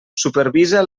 supervisa